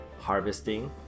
harvesting